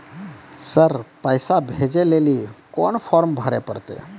Sir पैसा भेजै लेली कोन फॉर्म भरे परतै?